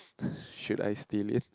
should I steal it